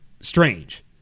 Strange